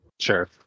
sure